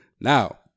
now